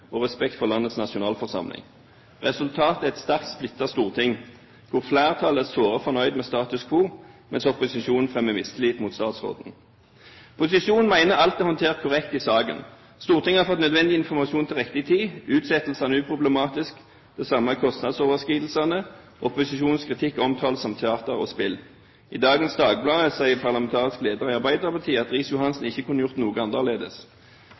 og respekt for landets nasjonalforsamling. Resultatet er et sterkt splittet storting, hvor flertallet er såre fornøyd med status quo, mens opposisjonen fremmer mistillit mot statsråden. Posisjonen mener alt er håndtert korrekt i saken. Stortinget har fått nødvendig informasjon til riktig tid, utsettelsene er uproblematiske. Det samme er kostnadsoverskridelsene. Opposisjonens kritikk omtales som teater og spill. I dagens Dagbladet sier parlamentarisk leder i Arbeiderpartiet at Riis-Johansen ikke kunne gjort noe annerledes.